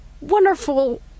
wonderful